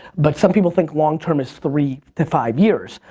but some people think long-term is three to five years.